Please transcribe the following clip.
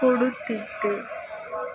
ಕೊಡುತ್ತಿದ್ದೆ